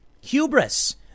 hubris